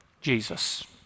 Jesus